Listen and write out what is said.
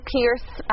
Pierce